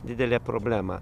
didelė problema